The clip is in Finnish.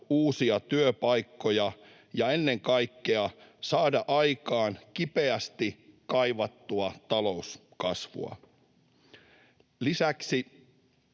uusia työpaikkoja ja ennen kaikkea saada aikaan kipeästi kaivattua talouskasvua. Lisäksi